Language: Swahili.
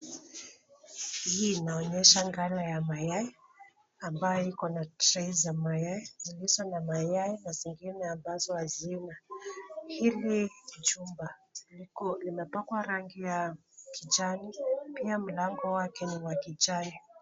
Hii inaonyesha ngano ya mayai ambayo iko na trei za mayai mauzo ya mayai na sehemu ambazo hazina. Hili jumba limepakwa rangi ya kijani. Pia mlango wake ni wa kijani.